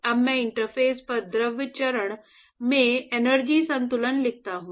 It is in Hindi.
अब मैं इंटरफ़ेस पर द्रव चरण में एनर्जी संतुलन लिखता हूं